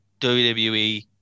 WWE